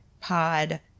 pod